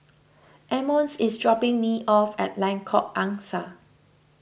Emmons is dropping me off at Lengkok Angsa